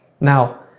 Now